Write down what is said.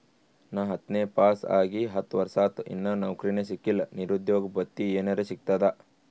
ನಾ ಹತ್ತನೇ ಪಾಸ್ ಆಗಿ ಹತ್ತ ವರ್ಸಾತು, ಇನ್ನಾ ನೌಕ್ರಿನೆ ಸಿಕಿಲ್ಲ, ನಿರುದ್ಯೋಗ ಭತ್ತಿ ಎನೆರೆ ಸಿಗ್ತದಾ?